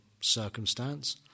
circumstance